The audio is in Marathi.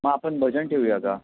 मग आपण भजन ठेवू या का